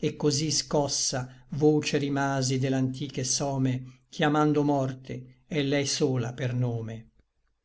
et così scossa voce rimasi de l'antiche some chiamando morte et lei sola per nome